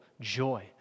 joy